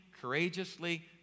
courageously